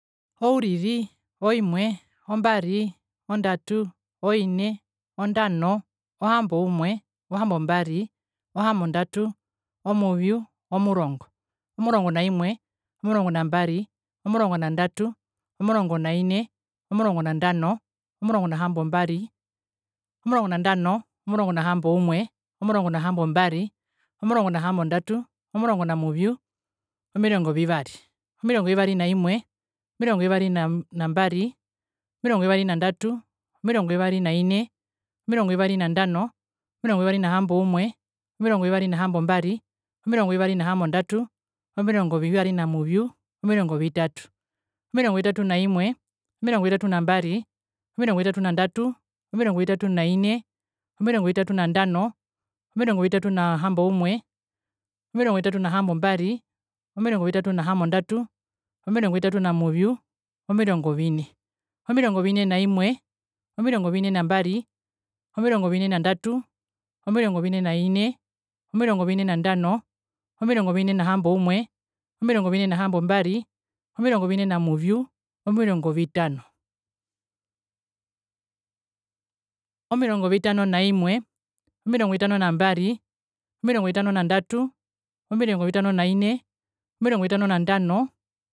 Oimwe, ombari, ondatu, oine, ondano. ohamboumwe, ohambombari, ohambondatu, omuvyu, omurongo, omurongo na imwe, omurongo na mbari, omurongo na ndatu, omurongo na ine, omurongo na ndano, omurongo na hamboumwe, omurongo na hambombari, omurongo na muvyu, omirongo vivari, omirongo vivari na imwe, omirongo vivari na mbari, omirongo vivari na ndatu, omirongo vivari na ine, omirongo vivari na ndano, omirongo vivari na hamboumwe, omirongo vivari na hambombari, omirongo vivari na hambondatu, omirongo vivari na muvyu, omirongo vitatu, omirongo vitatu na imewe, omirongo vitatu na mbari, omirongo vitatu na ndatu, omirongo vitatu na ine, omirongo vitatu na ndano, omirongo vitatu na hamboumwe, omirongo vitatu na hambombari, omirongo vitatu na hambondatu, omirongo vitatu na muvyu, omirongo vine, omirongo vine na imwe, omirongo vine na mbari, omirongo vine na ndatu, omirongo vine na ine, omirongo vine na ndano, omirongo vine na hamboumwe, omirongo vine na hambombari, omirongo vine na hambondatu, omirongo vine na muvyu, omirongo vitano, omirongo vitano na imwe, omirongo vitano na mbari, omirongo vitano na ndatu, omirongo vitano na ine, omirongo vitano na ndano.